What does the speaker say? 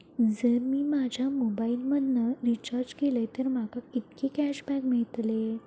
जर मी माझ्या मोबाईल मधन रिचार्ज केलय तर माका कितके कॅशबॅक मेळतले?